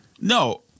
No